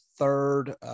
third